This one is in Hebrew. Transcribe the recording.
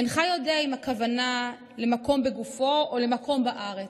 אינך / יודע אם הכוונה למקום בגופו / או למקום בארץ.